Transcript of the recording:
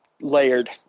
Layered